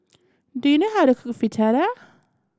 do you know how to cook Fritada